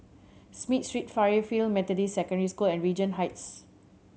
Smith Street Fairfield Methodist Secondary School and Regent Heights